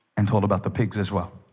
and? told about the pigs as well